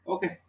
Okay